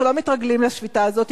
אנחנו לא מתרגלים לשביתה הזאת,